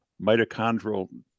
mitochondrial